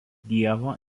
dievo